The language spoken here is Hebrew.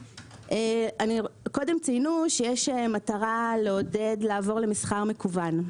קודם ציינו שיש מטרה לעודד לעבור למסחר מקוון.